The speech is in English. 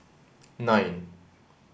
nine